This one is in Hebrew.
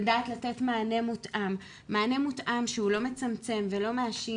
לדעת לתת מענה מותאם שהוא לא מצמצם ולא מאשים